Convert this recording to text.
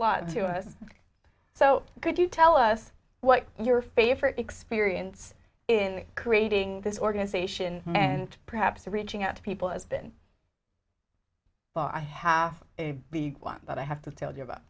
lot to us so could you tell us what your favorite experience in creating this organization and perhaps reaching out to people has been but i have a big one but i have to tell you about